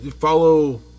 follow